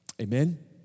Amen